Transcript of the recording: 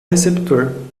receptor